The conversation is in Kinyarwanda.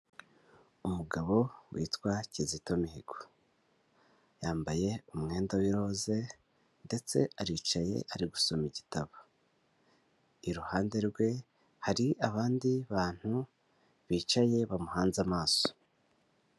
Umugabo witwa kizito mihigo yambaye umwenda w'iroze, ndetse aricaye ari gusoma igitabo. Iruhande rwe hari abandi bantu bicaye bamuhanze amaso.